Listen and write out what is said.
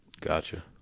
Gotcha